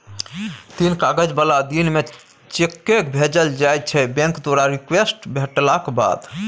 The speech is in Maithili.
तीन काज बला दिन मे चेककेँ भेजल जाइ छै बैंक द्वारा रिक्वेस्ट भेटलाक बाद